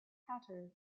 hatters